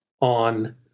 on